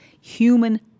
human